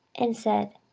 and said,